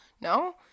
No